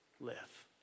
live